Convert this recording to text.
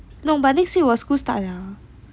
no but this week 我的 school start liao